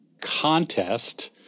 contest